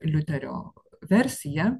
liuterio versiją